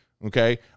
Okay